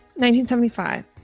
1975